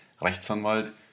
Rechtsanwalt